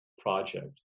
project